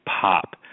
pop